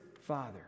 father